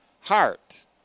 heart